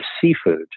seafood